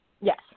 Yes